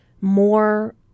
more